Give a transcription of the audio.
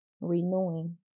renewing